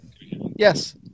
Yes